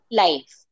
life